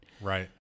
right